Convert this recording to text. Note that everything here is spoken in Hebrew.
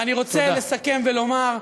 אני רוצה לסכם ולומר,